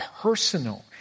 personal